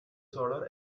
solar